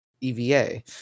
EVA